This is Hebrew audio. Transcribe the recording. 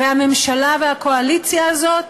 והממשלה והקואליציה הזאת